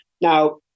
Now